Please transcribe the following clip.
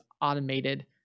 automated